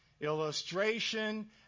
illustration